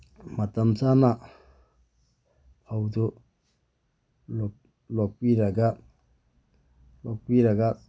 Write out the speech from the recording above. ꯃꯇꯝ ꯆꯥꯅ ꯐꯧꯗꯨ ꯂꯣꯛꯄꯤꯔꯒ ꯂꯣꯛꯄꯤꯔꯒ